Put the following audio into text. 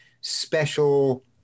special